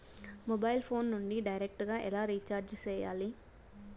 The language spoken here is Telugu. మొబైల్ ఫోను నుండి డైరెక్టు గా ఎలా రీచార్జి సేయాలి